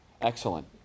excellent